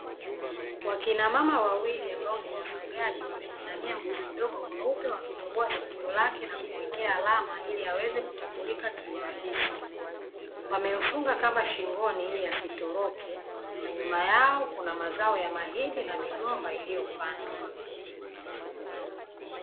Wakinamama wawili ambao ni wafugaji, wamemuinamia mbuzi mdogo mweupe, wakimtoboa sikio lake na kumuwekea alama ili aweze kutambulika kiurahisi, wamemfunga kamba shingoni ili asitoroke na nyuma yao kuna mazao ya mahindi na migomba iliyopandwa.